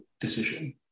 decision